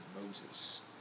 Moses